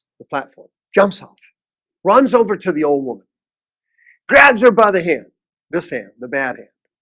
the platform jumps off runs over to the old woman grabs her by the hand this hand the bad hand